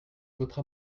votre